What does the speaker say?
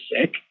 sick